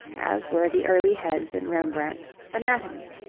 as were the early heads in rembrandt's anatomy.